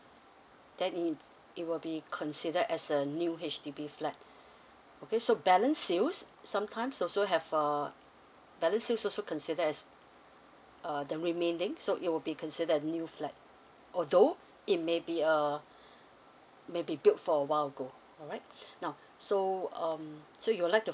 then it it will be considered as a new H_D_B flat okay so balance use sometimes also have uh balance use also considered as uh the remaining so it will be considered a new flat although it may be a may be built for a while ago alright now so um so you would like to